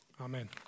Amen